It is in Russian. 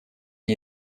мне